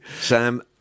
Sam